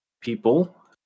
people